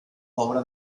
obra